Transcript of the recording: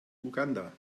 uganda